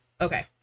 Okay